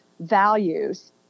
values